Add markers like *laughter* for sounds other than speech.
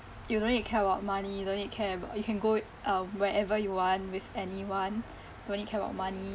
you don't need to care about money no need to care about you can go uh wherever you want with anyone *breath* no need to care about money